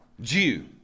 Jew